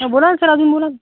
ह बोला ना सर अजून बोला